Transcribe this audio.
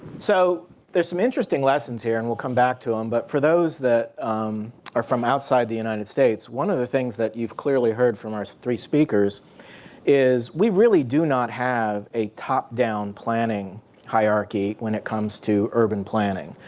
so there's some interesting lessons here, and we'll come back to them. but for those that are from outside the united states, one of the things that you've clearly heard from our three speakers is we really do not have a top-down planning hierarchy when it comes to urban planning.